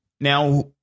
now